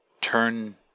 turn